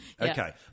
okay